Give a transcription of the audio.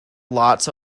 lots